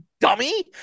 dummy